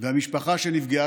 והמשפחה שנפגעה,